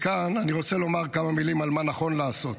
מכאן אני רוצה לומר כמה מילים על מה נכון לעשות.